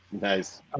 Nice